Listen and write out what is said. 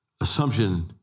Assumption